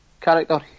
character